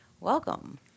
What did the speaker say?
Welcome